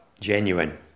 genuine